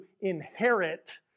inherit